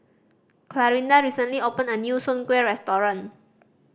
Clarinda recently opened a new soon kway restaurant